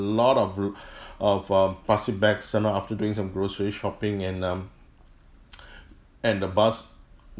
lot of r~ of uh plastic bags you know after doing some grocery shopping and um and the bus